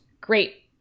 great